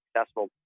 successful